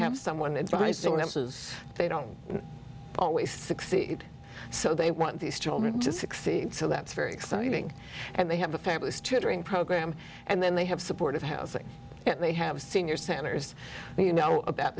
answers they don't always succeed so they want these children to succeed so that's very exciting and they have a fabulous tutoring program and then they have supportive housing they have senior centers you know about